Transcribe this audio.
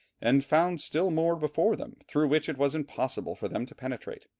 and found still more before them through which it was impossible for them to penetrate.